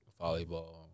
volleyball